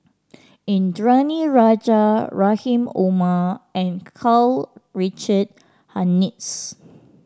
Indranee Rajah Rahim Omar and Karl Richard Hanitsch